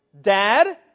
Dad